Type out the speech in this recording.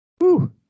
Woo